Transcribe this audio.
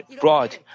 broad